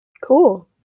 Cool